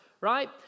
Right